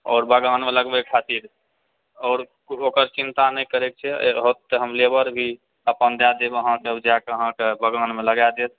आओर बगानमे लगबै खातिर आओर ओकर चिन्ता नहि करैके छै होत तऽ हम लेबर भी अपन दय देब अहाँकेँ ओ जाके अहाँकेँ बगानमे लगा देत